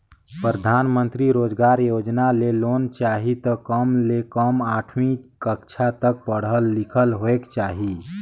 परधानमंतरी रोजगार योजना ले लोन चाही त कम ले कम आठवीं कक्छा तक पढ़ल लिखल होएक चाही